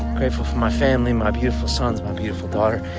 grateful for my family, my beautiful sons, my beautiful daughter.